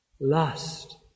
lust